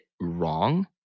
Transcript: wrong